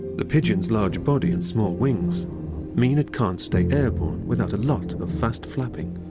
the pigeon's large body and small wings mean it can't stay airborne without a lot of fast flapping.